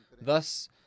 Thus